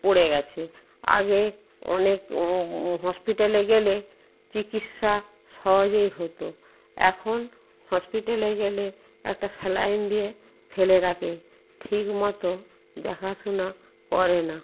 পড়ে গেছে আগে অনেক হসপিটালে গেলে চিকিৎসা সহজেই হতো এখন হসপিটালে গেলে একটা স্যালাইন দিয়ে ফেলে রাখে ঠিকমতো দেখাশোনা করে না